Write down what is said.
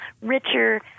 richer